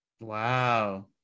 Wow